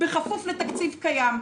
בכפוף לתקציב קיים,